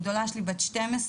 הגדולה שלי בת 12,